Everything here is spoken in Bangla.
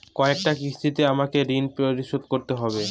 কয়টা কিস্তিতে আমাকে ঋণ পরিশোধ করতে হবে?